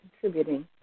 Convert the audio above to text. contributing